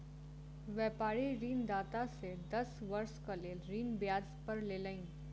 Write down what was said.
व्यापारी ऋणदाता से दस वर्षक लेल ऋण ब्याज पर लेलैन